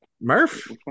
Murph